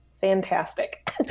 fantastic